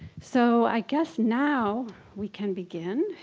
so i guess now we can begin.